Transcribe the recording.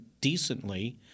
decently